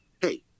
Hey